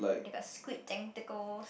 they got squid tentacles